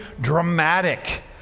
dramatic